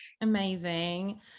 Amazing